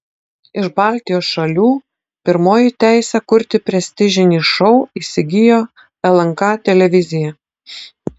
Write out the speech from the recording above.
iš baltijos šalių pirmoji teisę kurti prestižinį šou įsigijo lnk televizija